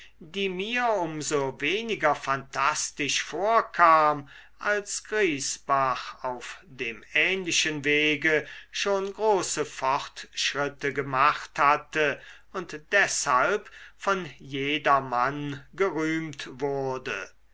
die mir um so weniger phantastisch vorkam als griesbach auf dem ähnlichen wege schon große fortschritte gemacht hatte und deshalb von jedermann gerühmt wurde